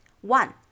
One